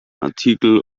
artikeln